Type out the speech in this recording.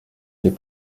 les